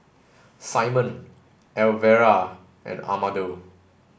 Simon Elvera and Amado